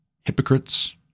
hypocrites